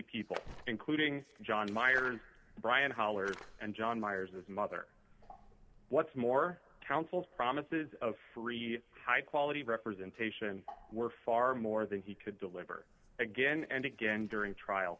people including john myers brian hollers and john myers as mother what's more council's promises of free high quality representation were far more than he could deliver again and again during trial